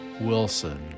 Wilson